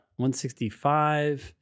165